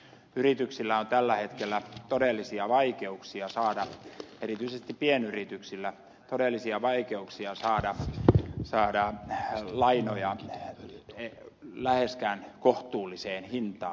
yrityksillä erityisesti pienyrityksillä on tällä hetkellä todellisia vaikeuksia saada erityisesti pienyrityksillä todellisia vaikeuksia saada lainoja läheskään kohtuulliseen hintaan